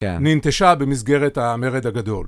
נינטשה במסגרת המרד הגדול